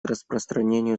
распространению